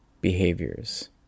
behaviors